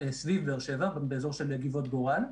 סביב באר שבע, באזור של גבעות גורל.